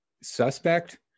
suspect